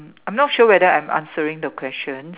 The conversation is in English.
I'm not sure whether I'm answering the questions